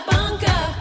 Bunker